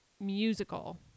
musical